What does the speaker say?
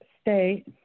state